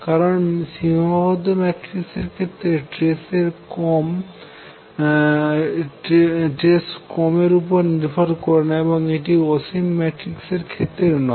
কারন সীমাবদ্ধ ম্যাট্রিক্স এর ক্ষেত্রে ট্রেস ক্রম এর উপর নির্ভর করে না এবং এটি অসীম ম্যাট্রিক্স এর ক্ষেত্রে নয়